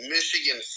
Michigan